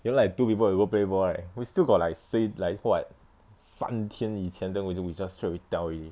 you know like two people we go play ball right we still got like say like [what] 三天以前 then we do we just straight away tell already